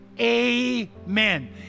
Amen